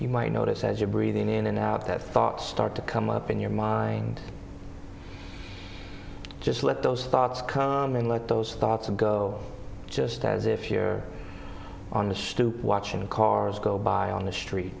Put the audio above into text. you might notice as you're breathing in and out that thoughts start to come up in your mind just let those thoughts come in let those thoughts and go just as if you're on the stoop watching the cars go by on the street